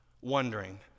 wondering